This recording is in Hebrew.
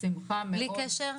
בלי קשר,